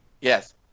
Yes